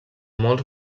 molts